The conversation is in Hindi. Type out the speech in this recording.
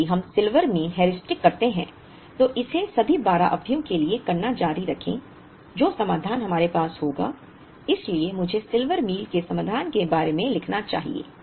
अब यदि हम सिल्वर मील हेयुरिस्टिक करते हैं तो इसे सभी 12 अवधियों के लिए करना जारी रखें जो समाधान हमारे पास होगा इसलिए मुझे सिल्वर मील के समाधान के बारे में लिखना चाहिए